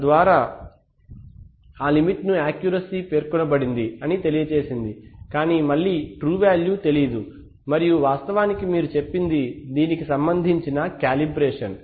తద్వారా ఆ లిమిట్ ను యాక్యురసీ పేర్కొనబడింది అని తెలియచేసింది కానీ మళ్ళీ ట్రూ వాల్యు తెలియదు మరియు వాస్తవానికి మీరు చెప్పినది దీనికి సంబంధించి కాలిబ్రేషన్